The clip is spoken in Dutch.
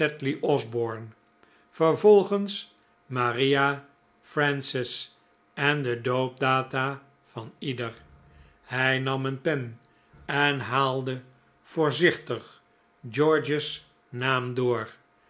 vervolgens maria frances en de doopdata van ieder hij nam een pen en haalde voorzichtig george's naam door